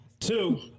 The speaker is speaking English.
Two